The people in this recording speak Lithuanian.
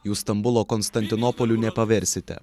jūs stambulo konstantinopoliu nepaversite